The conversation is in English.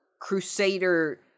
crusader